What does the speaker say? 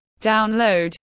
download